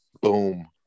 boom